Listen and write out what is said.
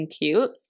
cute